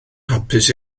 hapus